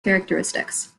characteristics